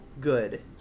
good